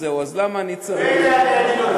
אז למה אני צריך, ממילא אני אגיד אותם.